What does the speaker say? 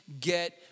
get